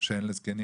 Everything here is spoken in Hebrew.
שאין לזקנים